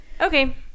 Okay